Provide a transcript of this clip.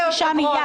36 מיליון